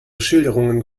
schilderungen